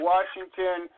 Washington